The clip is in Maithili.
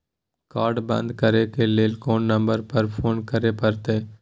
कार्ड बन्द करे ल कोन नंबर पर फोन करे परतै?